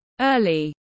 early